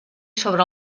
sobre